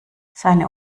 seine